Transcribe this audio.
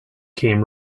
came